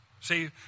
See